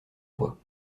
voix